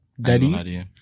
Daddy